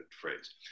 phrase